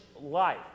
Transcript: life